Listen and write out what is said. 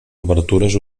obertures